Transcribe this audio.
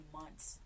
months